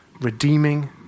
Redeeming